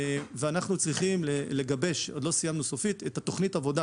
אנחנו צריכים לגבש עוד לא סיימנו סופית את תוכנית העבודה